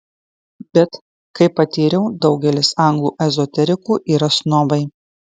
bet kaip patyriau daugelis anglų ezoterikų yra snobai